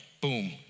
boom